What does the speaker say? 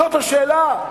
זאת השאלה?